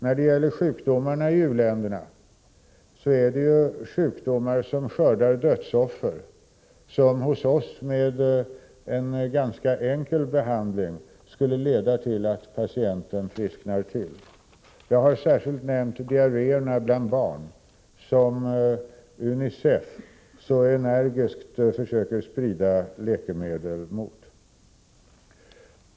När det gäller sjukdomarna i u-länderna rör det sig om sjukdomar som skördar dödsoffer men som hos oss med en ganska enkel behandling skulle leda till att patienten tillfrisknar. Jag har särskilt nämnt diarréerna bland barn som UNICEF så energiskt försöker sprida läkemedel mot.